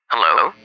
Hello